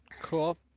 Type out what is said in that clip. Cool